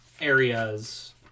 areas